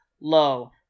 Lo